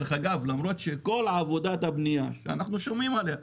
וזה למרות שכל עבודת הבנייה שאנחנו שומעים עליה,